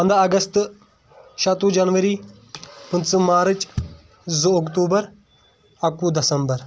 پنٛدہ اگستہٕ شیٚتوُہ جنوری پٕنژٕ مارٕچ زٕ اکتوٗبر اکوُہ دسمبر